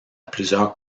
plusieurs